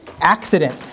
accident